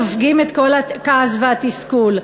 סופגים את כל הכעס והתסכול.